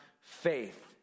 faith